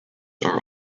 are